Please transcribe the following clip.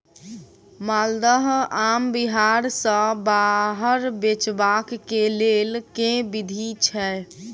माल्दह आम बिहार सऽ बाहर बेचबाक केँ लेल केँ विधि छैय?